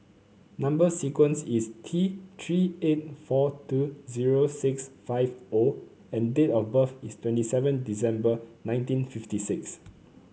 number sequence is T Three eight four two zero six five O and date of birth is twenty seven December nineteen fifty six